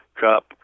Cup